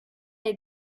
les